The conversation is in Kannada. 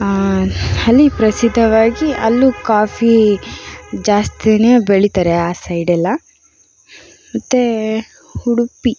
ಅಲ್ಲಿ ಪ್ರಸಿದ್ಧವಾಗಿ ಅಲ್ಲೂ ಕಾಫಿ ಜಾಸ್ತಿಯೇ ಬೆಳಿತಾರೆ ಆ ಸೈಡೆಲ್ಲ ಮತ್ತೆ ಉಡುಪಿ